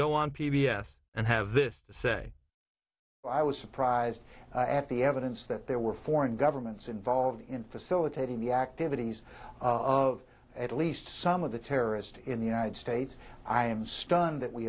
go on p b s and have this say i was surprised at the evidence that there were foreign governments involved in facilitating the activities of at least some of the terrorist in the united states i am stunned that we